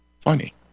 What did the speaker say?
Funny